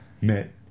met